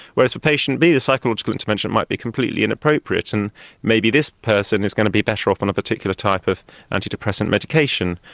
whereas for patient b a psychological intervention might be completely inappropriate and maybe this person is going to be better off on a particular type of antidepressant medication,